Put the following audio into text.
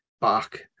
back